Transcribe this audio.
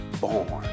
born